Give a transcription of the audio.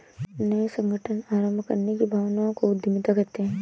नये संगठन आरम्भ करने की भावना को उद्यमिता कहते है